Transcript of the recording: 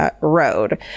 road